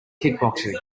kickboxing